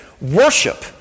worship